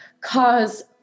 cause